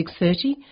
6.30